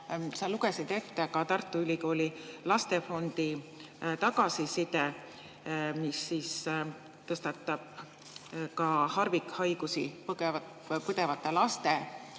Sa lugesid ette ka Tartu Ülikooli Lastefondi tagasiside, mis tõstatab harvikhaigusi põdevate laste